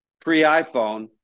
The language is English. pre-iphone